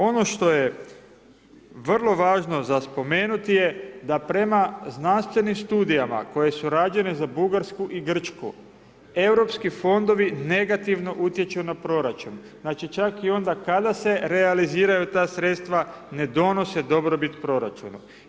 Ono što je vrlo važno za spomenuti je da prema znanstvenim studijama koje su rađene za Bugarsku i Grčku, europski fondovi negativno utječu na proračun, znači čak i onda kada se realiziraju ta sredstva ne donose dobrobit proračunu.